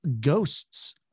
ghosts